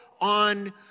on